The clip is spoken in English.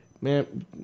man